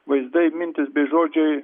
vaizdai mintis bei žodžiai